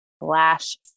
flash